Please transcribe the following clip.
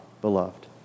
beloved